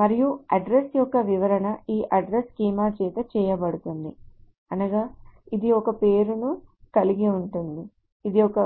మరియు అడ్రస్ యొక్క వివరణ ఈ అడ్రస్ స్కీమా చేత చేయబడుతుంది అనగా ఇది ఒక పేరును కలిగి ఉంది ఇది ఒక